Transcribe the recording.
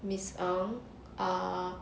miss ng ah